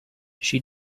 she